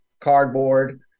cardboard